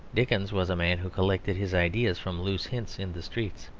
dickens was a man who collected his ideas from loose hints in the streets,